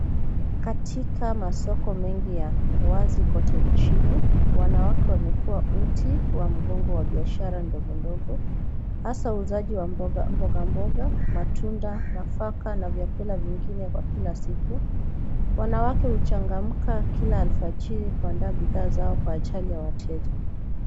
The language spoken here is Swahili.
Katika masoko mengi ya uwazi kote nchini wanawake wamekuwa uti wa mgongo wa biashara ndogo ndogo hasa uuzaji wa mboga mboga matunda, nafaka na vyakula vingine kwa kila siku. Wanawake huchangamka kila alfajiri kuandaa bidhaa zao kwa ajili ya wateja.